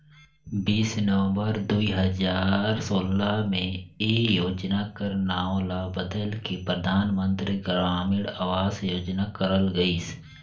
बीस नवंबर दुई हजार सोला में ए योजना कर नांव ल बलेद के परधानमंतरी ग्रामीण अवास योजना करल गइस